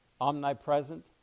omnipresent